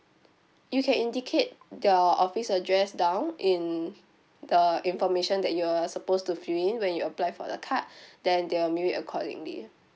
you can indicate your office address down in the information that you're supposed to fill in when you apply for the card then they'll mail it accordingly